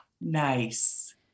nice